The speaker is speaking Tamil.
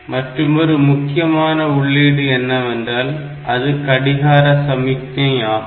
மற்றுமொரு முக்கியமான உள்ளீடு என்னவென்றால் அது கடிகார சமிக்ஞை ஆகும்